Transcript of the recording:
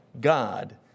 God